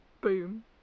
boom